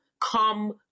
come